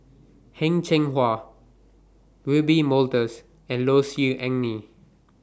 Heng Cheng Hwa Wiebe Wolters and Low Siew Nghee